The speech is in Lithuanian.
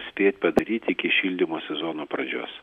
spėt padaryt iki šildymo sezono pradžios